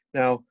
now